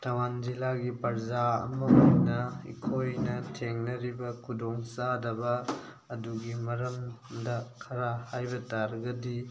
ꯊꯧꯕꯥꯜ ꯖꯤꯂꯥꯒꯤ ꯄ꯭ꯔꯖꯥ ꯑꯃ ꯑꯣꯏꯅ ꯑꯩꯈꯣꯏꯅ ꯊꯦꯡꯅꯔꯤꯕ ꯈꯨꯗꯣꯡꯆꯥꯗꯕ ꯑꯗꯨꯒꯤ ꯃꯔꯝꯗ ꯈꯔ ꯍꯥꯏꯕ ꯇꯥꯔꯒꯗꯤ